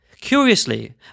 Curiously